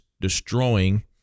destroying